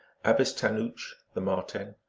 abis tanooch, the marten,